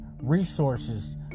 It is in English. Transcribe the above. resources